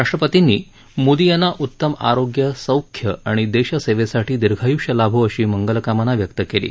राष्ट्रपतींनी मोदी यांना उत्तम आरोग्य सौख्य आणि देशसेवेसाठी दीर्घायुष्य लाभो अशी मंगलकामना व्यक्त केली आहे